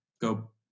go